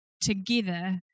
together